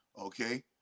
Okay